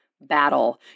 battle